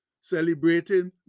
celebrating